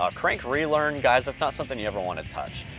ah crank relearn, guys, that's not something you ever wanna touch.